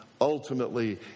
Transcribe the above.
ultimately